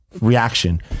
reaction